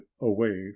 away